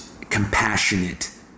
compassionate